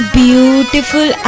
beautiful